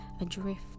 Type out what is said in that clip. Adrift